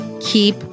keep